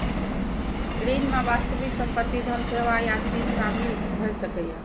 ऋण मे वास्तविक संपत्ति, धन, सेवा या चीज शामिल भए सकैए